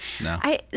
No